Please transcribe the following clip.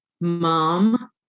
Mom